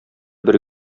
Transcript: бер